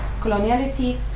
coloniality